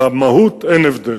במהות אין הבדל.